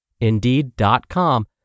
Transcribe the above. Indeed.com